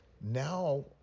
now